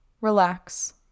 relax